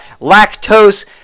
lactose